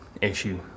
issue